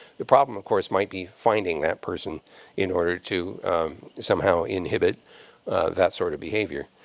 the problem, of course, might be finding that person in order to somehow inhibit that sort of behavior.